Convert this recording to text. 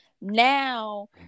now